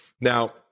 Now